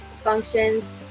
functions